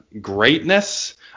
greatness